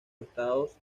estados